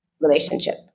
relationship